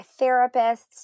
therapists